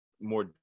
more